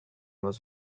was